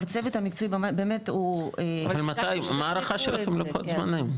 הצוות המקצועי באמת --- מה הערכה שלכם ללוחות זמנים?